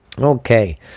Okay